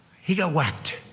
he got whacked.